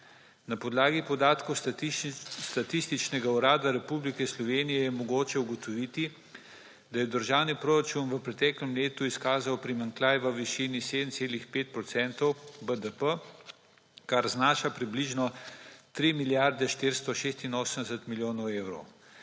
Na podlagi podatkov Statističnega Urada Republike Slovenije je mogoče ugotoviti, da je državni proračun v preteklem letu izkazal primanjkljaj v višini 7,5 % BDP, kar znaša približno 3 milijarde 486 milijonov evrov.